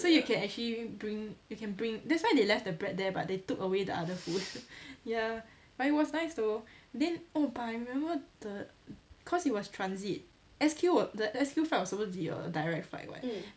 so you can actually bring you can bring that's why they left the bread there but they took away the other food ya but it was nice though then oh but I remember the cause it was transit S_Q the S_Q flight was supposed to be a direct flight [what]